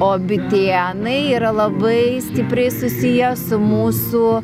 o bitėnai yra labai stipriai susiję su mūsų